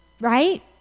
Right